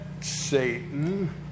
Satan